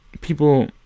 people